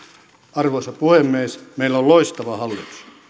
arvoisa puhemies meillä on loistava hallitus